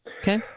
Okay